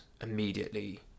immediately